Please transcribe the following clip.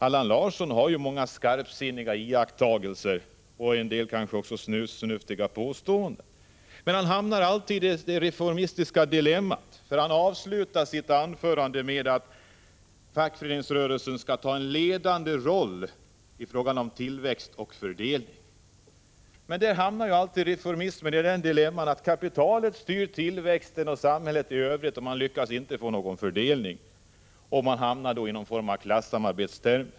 Allan Larsson gör många skarpsinniga iakttagelser — och väl också en del snusförnuftiga påståenden — men han hamnar alltid i det reformistiska dilemmat. Han avslutar sitt anförande med att fackföreningsrörelsen skall spela en ledande roll i fråga om tillväxt och fördelning. Men reformismen hamnar alltid i det dilemmat att kapitalet styr tillväxten och samhället i övrigt, och för att få till stånd någon fördelning hamnar man i någon form av klassamarbete.